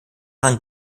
waren